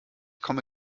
komme